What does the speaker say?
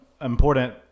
Important